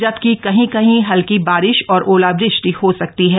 जबकि कहीं कहीं हल्की बारिश और ओलावृष्टि हो सकती है